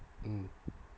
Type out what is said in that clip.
mm